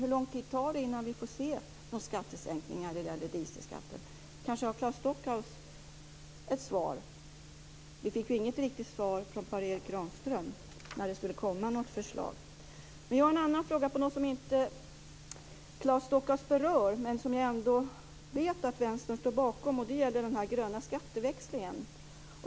Hur lång tid tar det innan vi får se någon sänkning av dieselskatten? Kanske har Claes Stockhaus ett svar på det. Vi fick inget riktigt svar från Per Erik Granström på frågan om när det kommer något förslag. Jag har också en fråga om något som Claes Stockhaus inte berör men som jag vet att Vänstern ändå står bakom, nämligen den gröna skatteväxlingen.